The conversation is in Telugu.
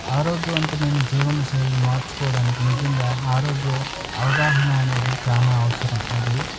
ఆరోగ్యవంతమైన జీవనశైలిని మార్చుకోవడానికి నిజంగా ఆరోగ్య అవగాహన అనేది చాలా అవసరం అది